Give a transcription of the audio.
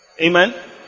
Amen